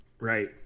Right